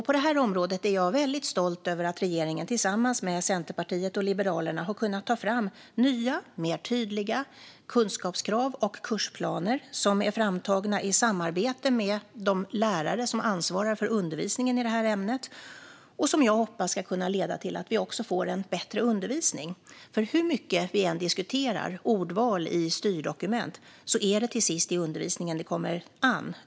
På detta område är jag väldigt stolt över att regeringen tillsammans med Centerpartiet och Liberalerna har kunnat ta fram nya, tydligare kunskapskrav och kursplaner, i samarbete med de lärare som ansvarar för undervisningen i ämnet. Jag hoppas att de kan leda till att vi också får en bättre undervisning, för hur mycket vi än diskuterar ordval i styrdokument är det till sist på undervisningen det kommer an.